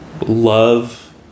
love